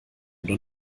oder